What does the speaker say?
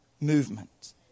Movement